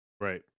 Right